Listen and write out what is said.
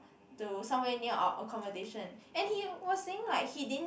to somewhere near our accomodation and he was saying like he didn't